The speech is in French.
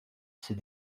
ces